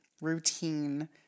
routine